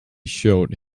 showed